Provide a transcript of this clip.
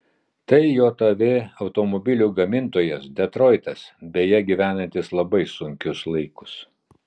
tai jav automobilių gamintojas detroitas beje gyvenantis labai sunkius laikus